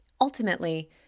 Ultimately